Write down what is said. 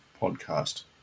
Podcast